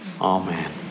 Amen